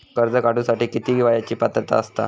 कर्ज काढूसाठी किती वयाची पात्रता असता?